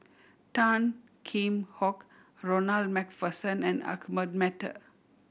Tan Kheam Hock Ronald Macpherson and Ahmad Mattar